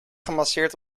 gemasseerd